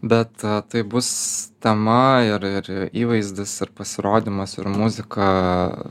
bet tai bus tema ir ir įvaizdis ir pasirodymas ir muzika